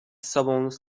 sobą